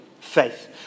faith